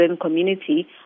community